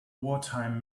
wartime